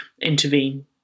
intervene